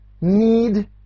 need